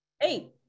Eight